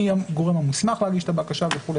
מי הגורם המוסמך להגיש את הבקשה וכולי